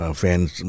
fans